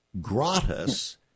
gratis